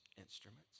instruments